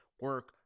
Work